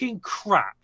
crap